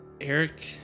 Eric